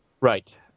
Right